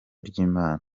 ry’imana